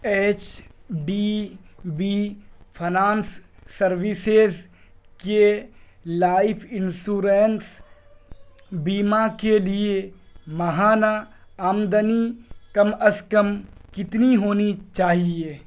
H D B finance services کے life insurance بیمہ کے لیے ماہانہ آمدنی کم از کم کتنی ہونی چاہیے